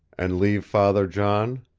and leave father john?